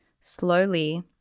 Slowly